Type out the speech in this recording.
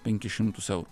penkis šimtus eurų